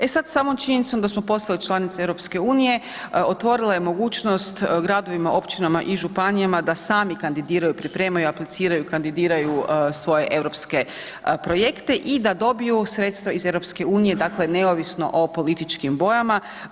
E sad, samom činjenicom da smo postali članica EU otvorila je mogućnost gradovima, općinama i županijama da sami kandidiraju, pripremaju, apliciraju, kandidiraju svoje europske projekte i da dobiju sredstva iz EU, dakle neovisno o političkim bojama.